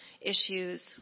issues